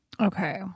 Okay